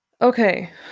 okay